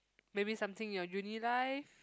maybe something in your uni life